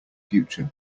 future